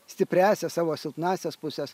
stipriąsias savo silpnąsias puses